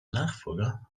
nachfolger